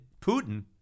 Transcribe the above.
Putin